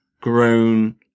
grown